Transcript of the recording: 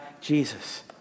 Jesus